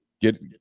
get